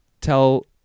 Tell